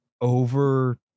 over